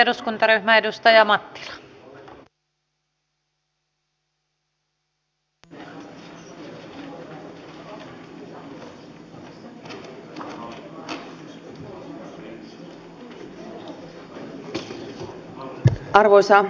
arvoisa rouva puhemies